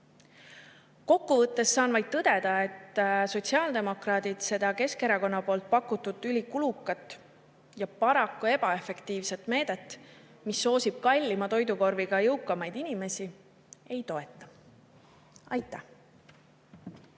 Kokku võttes saan vaid tõdeda, et sotsiaaldemokraadid seda Keskerakonna poolt pakutud ülikulukat ja paraku ebaefektiivset meedet, mis soosib kallima toidukorviga jõukamaid inimesi, ei toeta. Aitäh!